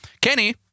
Kenny